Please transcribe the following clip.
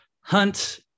hunt